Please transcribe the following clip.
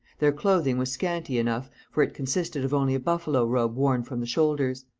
their clothing was scanty enough, for it consisted of only a buffalo robe worn from the shoulders.